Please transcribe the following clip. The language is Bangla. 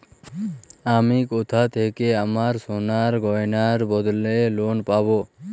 আমি কোথা থেকে আমার সোনার গয়নার বদলে লোন পাবো?